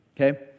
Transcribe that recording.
Okay